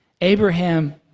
Abraham